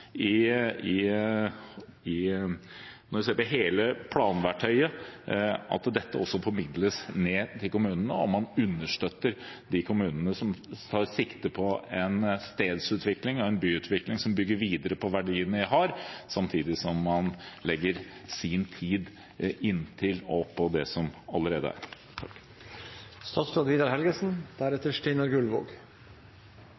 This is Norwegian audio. ansvaret, ikke minst når man ser på hele planverktøyet, og at dette også formidles ned til kommunene, og at man understøtter de kommunene som tar sikte på en stedsutvikling og en byutvikling som bygger videre på verdiene vi har, samtidig som man legger sin tid inntil og oppå det som allerede er